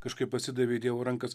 kažkaip pasidavė į dievo rankas